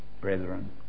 brethren